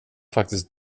faktiskt